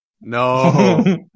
No